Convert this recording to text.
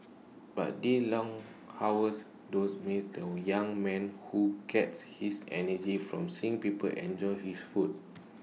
but the long hours dose maze there were young man who gets his energy from seeing people enjoy his food